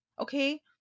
Okay